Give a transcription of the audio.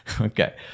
Okay